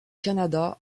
canada